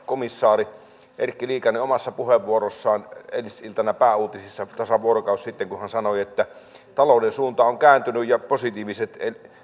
komissaari erkki liikanen omassa puheenvuorossaan eilisiltana pääuutisissa tasan vuorokausi sitten kun hän sanoi että talouden suunta on kääntynyt ja positiiviset